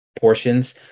portions